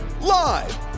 Live